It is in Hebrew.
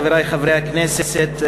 חברי חברי הכנסת,